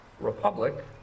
republic